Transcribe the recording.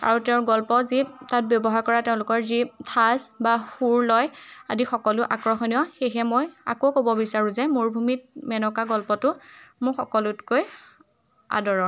আৰু তেওঁৰ গল্প যি তাত ব্যৱহাৰ কৰা তেওঁলোকৰ যি ঠাঁচ বা সুৰ লয় আদি সকলো আকৰ্ষণীয় সেয়েহে মই আকৌ ক'ব বিচাৰোঁ যে মৰুভূমিত মেনকা গল্পটো মোক সকলোতকৈ আদৰৰ